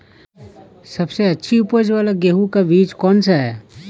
सबसे अच्छी उपज वाला गेहूँ का बीज कौन सा है?